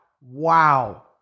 wow